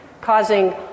causing